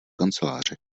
kanceláři